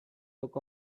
took